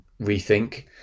rethink